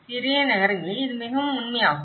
சிறிய நகரங்களில் இது மிகவும் உண்மை ஆகும்